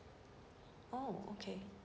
orh okay